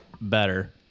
Better